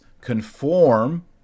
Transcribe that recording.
conform